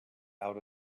out